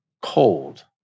cold